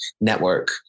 network